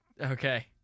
Okay